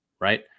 right